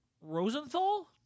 Rosenthal